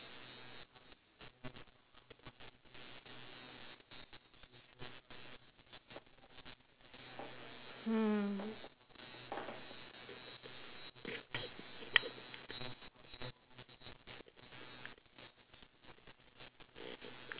mm